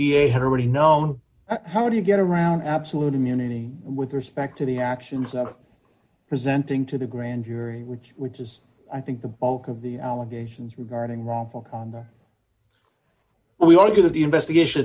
da had already known how do you get around absolute immunity with respect to the actions of presenting to the grand jury which is i think the bulk of the allegations regarding wrongful we argue that the investigation